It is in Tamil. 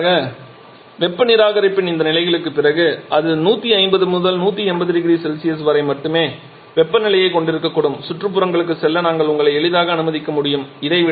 இறுதியாக வெப்ப நிராகரிப்பின் இந்த நிலைகளுக்குப் பிறகு அது 150 முதல் 180 0C வரை மட்டுமே வெப்பநிலையைக் கொண்டிருக்கக்கூடும் சுற்றுப்புறங்களுக்குச் செல்ல நாங்கள் உங்களை எளிதாக அனுமதிக்க முடியும்